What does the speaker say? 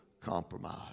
compromise